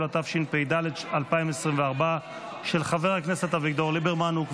34 בעד, אין מתנגדים ואין נמנעים.